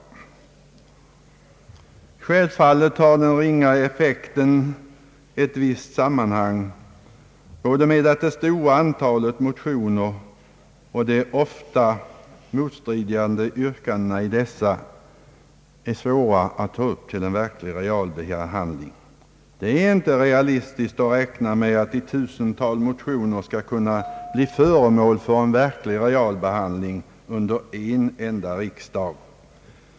Självfallet har den ringa effekten ett visst samband med det stora antalet motioner och att de ofta motstridiga yrkandena i dessa är svåra att ta upp till en realbehandling. Det är inte realistiskt att räkna med att ett tusental motioner skall kunna bli föremål för en realbehandling under en enda riksdag.